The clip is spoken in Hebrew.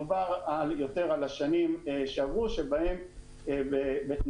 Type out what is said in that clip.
מדובר יותר על השנים שעברו שבהן בתנאי